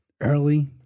early